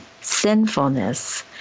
sinfulness